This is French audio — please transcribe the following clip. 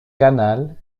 canal